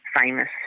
famous